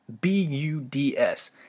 B-U-D-S